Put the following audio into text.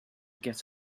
get